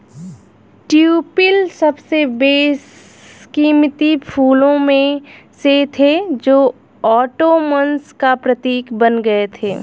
tulip सबसे बेशकीमती फूलों में से थे जो ओटोमन्स का प्रतीक बन गए थे